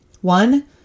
One